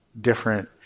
different